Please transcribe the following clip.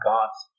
God's